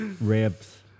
ribs